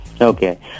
Okay